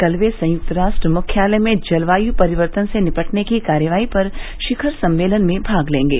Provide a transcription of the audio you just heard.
कल वे संयुक्त राष्ट्र मुख्यालय में जलवायू परिवर्तन से निपटने की कार्रवाई पर शिखर सम्मेलन में भाग लेंगे